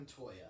Antoya